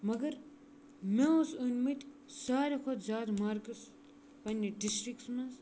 مگر مےٚ اوس أنۍ مٕتۍ ساروے کھۄتہٕ زیادٕ مارکٕس پنٛنہِ ڈِسٹرٛکَس منٛز